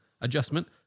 adjustment